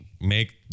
make